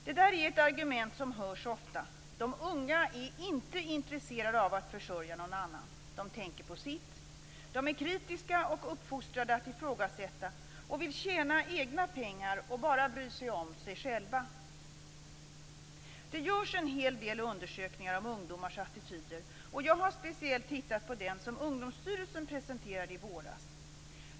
Det där är argument som ofta hörs: De unga är inte intresserade av att försörja någon annan. De tänker på sitt. De är kritiska och uppfostrade att ifrågasätta och vill tjäna egna pengar och bara bry sig om sig själva. Det görs en hel del undersökningar om ungdomars attityder. Jag har speciellt tittat på den som Ungdomsstyrelsen presenterade i våras.